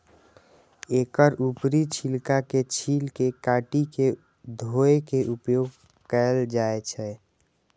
एकर ऊपरी छिलका के छील के काटि के धोय के उपयोग कैल जाए छै